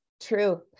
true